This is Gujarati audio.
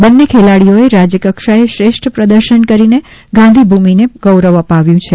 બંને ખેલાડીઓએ રાજ્યકક્ષાએ શ્રેષ્ઠ પ્રદર્શન કરી ગાંધીભૂમિને ગૌરવ અપાવ્યું છે